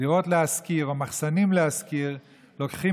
דירות להשכיר ומחסנים להשכיר לוקחים